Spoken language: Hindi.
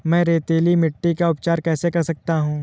मैं रेतीली मिट्टी का उपचार कैसे कर सकता हूँ?